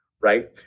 right